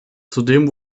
zudem